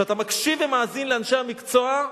כשאתה מקשיב ומאזין לאנשי המקצוע,